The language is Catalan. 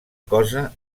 cosa